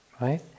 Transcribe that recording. right